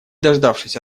дождавшись